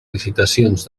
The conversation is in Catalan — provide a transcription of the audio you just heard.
licitacions